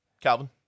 Calvin